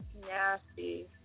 Nasty